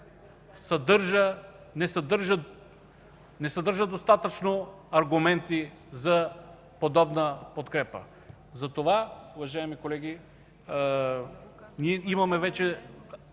не съдържа достатъчно аргументи за подобна подкрепа. Затова, уважаеми колеги, ние имаме вече